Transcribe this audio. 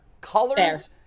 colors